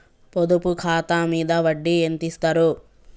పొదుపు ఖాతా మీద వడ్డీ ఎంతిస్తరు?